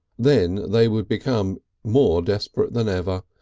then they would become more desperate than ever,